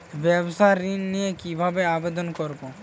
ব্যাবসা ঋণ নিতে কিভাবে আবেদন করব?